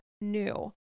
new